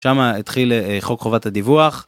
שמה התחיל חוק חובת הדיווח.